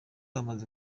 amaze